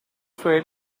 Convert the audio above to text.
swayed